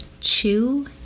chew